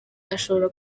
ashobora